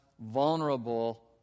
vulnerable